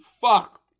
fuck